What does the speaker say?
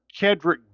Kedrick